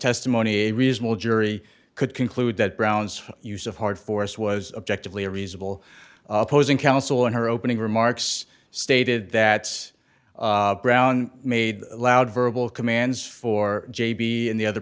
testimony a reasonable jury could conclude that brown's use of hard force was objective lior reasonable opposing counsel in her opening remarks stated that brown made loud verbal commands for j b and the other